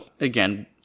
Again